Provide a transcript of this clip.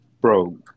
bro